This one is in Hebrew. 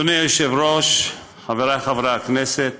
אדוני היושב-ראש, חבריי חברי הכנסת,